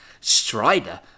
Strider